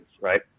Right